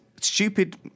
stupid